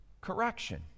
correction